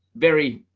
very,